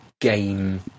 game